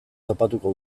topatuko